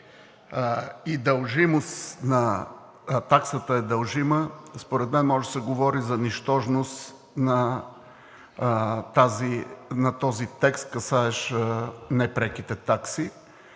услуга и таксата е дължима, според мен може да се говори за нищожност на този текст, касаещ не преките такси.